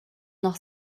noch